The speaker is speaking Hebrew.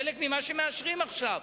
חלק ממה שמאשרים עכשיו.